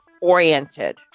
oriented